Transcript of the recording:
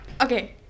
okay